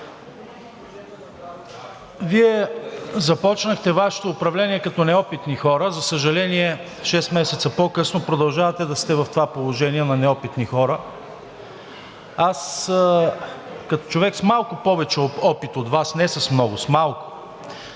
Вие започнахте Вашето управление като неопитни хора. За съжаление, шест месеца по-късно продължавате да сте в това положение на неопитни хора. Аз, като човек с малко повече опит от Вас, не с много, с малко,